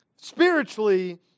spiritually